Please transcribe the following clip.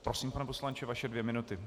Prosím, pane poslanče, vaše dvě minuty.